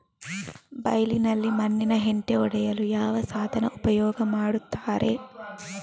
ಬೈಲಿನಲ್ಲಿ ಮಣ್ಣಿನ ಹೆಂಟೆ ಒಡೆಯಲು ಯಾವ ಸಾಧನ ಉಪಯೋಗ ಮಾಡುತ್ತಾರೆ?